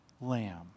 lamb